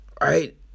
right